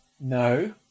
No